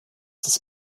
des